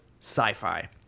sci-fi